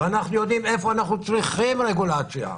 אנחנו יודעים איפה אנחנו צריכים רגולציה,